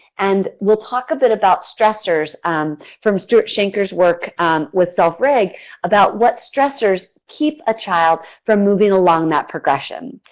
and will talk a little bit about stressors and from stuart shanker's work with self-regulation, about what stressors keep a child from moving along that progression.